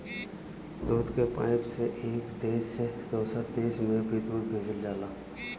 दूध के पाइप से एक देश से दोसर देश में भी दूध भेजल जाला